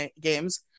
Games